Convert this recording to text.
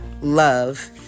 love